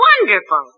wonderful